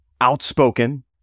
outspoken